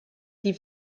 die